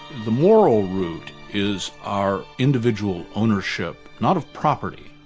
the moral root is our individual ownership, not of property,